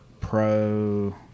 Pro